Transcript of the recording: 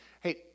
Hey